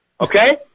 Okay